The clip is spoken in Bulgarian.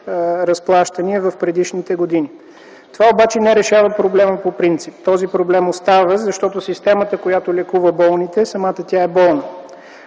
разплащания в предишните години. Това обаче не решава проблема по принцип. Този проблем остава, защото самата система, която лекува болните, е болна.